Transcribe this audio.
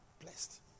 Blessed